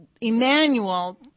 Emmanuel